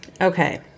Okay